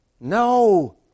No